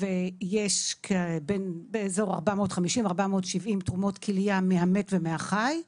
ויש באזור 470-450 תרומות כליה מהמת ומהחי,